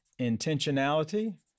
intentionality